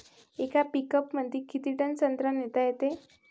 येका पिकअपमंदी किती टन संत्रा नेता येते?